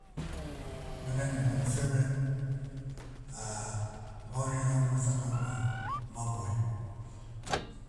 Na dainai lagu favourite, mauri gauna tana ma, mamoe.